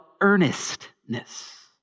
earnestness